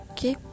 Okay